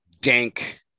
dank